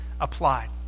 applied